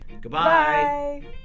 Goodbye